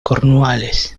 cornualles